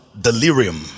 delirium